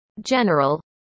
general